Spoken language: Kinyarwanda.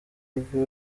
harvey